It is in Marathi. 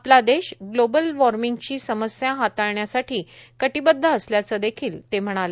आपला देश ग्लोबल वार्मिंगची समस्या हाताळण्यासाठी कटीबदध असल्याचं देखिल म्हणाले